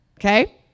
Okay